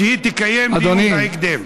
ושהיא תקיים את הדיון בהקדם.